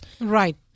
Right